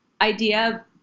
idea